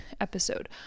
episode